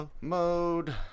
Mode